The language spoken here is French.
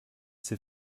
sait